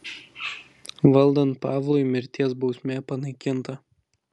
valdant pavlui mirties bausmė panaikinta